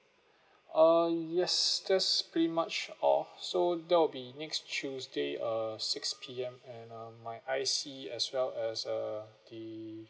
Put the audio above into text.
uh yes that's pretty much all so that'll be next tuesday uh six P_M and uh my I_C as well as uh the